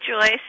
Joyce